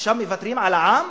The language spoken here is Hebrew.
עכשיו מוותרים על העם?